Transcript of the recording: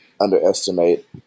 underestimate